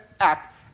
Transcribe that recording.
act